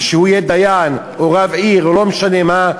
כשהוא יהיה דיין או רב עיר או לא משנה מה,